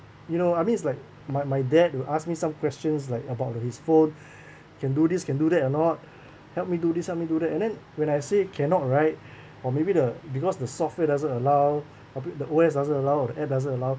you know I mean it's like my my dad to ask me some questions like about his phone can do this can do that or not help me do this help me do that and then when I say cannot right or maybe the because the software doesn't allow or be~ the O_S doesn't allow or the app doesn't allow